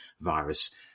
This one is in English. virus